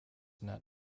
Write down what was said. net